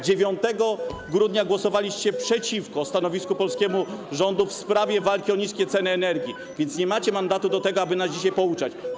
9 grudnia głosowaliście przeciwko stanowisku polskiego rządu w sprawie walki o niskie ceny energii, więc nie macie mandatu do tego, aby nas dzisiaj pouczać.